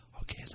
Okay